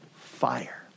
fire